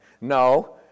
No